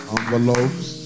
Envelopes